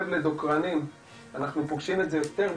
- אנחנו יודעים להצביע?